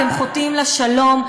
אתם חוטאים לשלום,